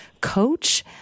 coach